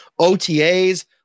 OTAs